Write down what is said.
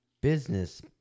business